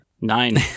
nine